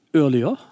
earlier